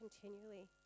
continually